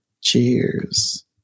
Cheers